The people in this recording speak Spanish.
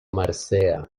marcea